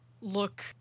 look